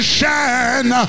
shine